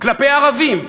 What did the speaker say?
כלפי ערבים,